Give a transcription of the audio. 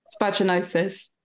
Spaginosis